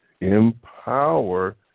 empower